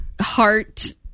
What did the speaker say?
heart